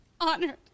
Honored